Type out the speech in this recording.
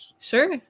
Sure